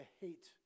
hate